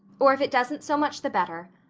or if it doesn't so much the better.